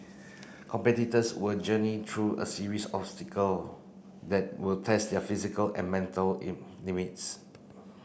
competitors will journey through a series obstacle that will test their physical and mental in limits